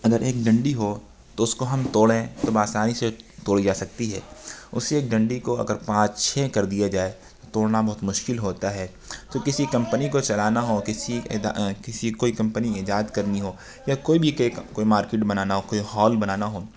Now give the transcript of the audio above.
اگر ایک ڈنڈی ہو تو اس کو ہم توڑی تو بآسانی سے توڑی جا سکتی ہے اسی ایک ڈنڈی کو اگر پانچ چھ کر دیا جائے توڑنا بہت مشکل ہوتا ہے تو کسی کمپنی کو چلانا ہو کسی ادا کسی کوئی کمپنی ایجاد کرنی ہو یا کوئی بھی کیک کوئی مارکٹ بنانا ہو ہال بنانا ہو